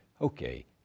Okay